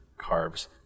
carbs